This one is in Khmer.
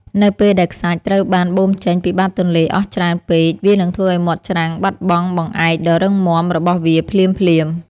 នៅពេលដែលខ្សាច់ត្រូវបានបូមចេញពីបាតទន្លេអស់ច្រើនពេកវានឹងធ្វើឱ្យមាត់ច្រាំងបាត់បង់បង្អែកដ៏រឹងមាំរបស់វាភ្លាមៗ។